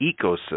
ecosystem